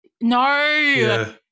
No